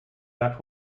that